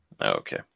Okay